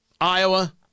Iowa